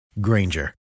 Granger